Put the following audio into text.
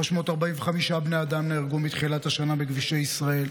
345 בני אדם נהרגו מתחילת השנה בכבישי ישראל,